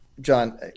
John